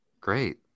Great